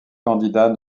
candidats